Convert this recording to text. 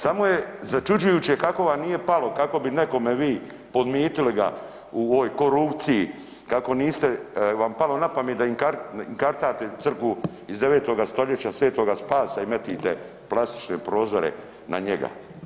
Samo je začuđujuće kako vam nije palo kako bi nekome vi podmitili ga u ovoj korupciji, kako vam nije palo na pamet da im kartate crkvu iz 9. stoljeća Svetoga Spasa i metite plastične prozore na njega.